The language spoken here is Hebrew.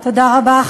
תודה רבה.